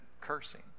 cursing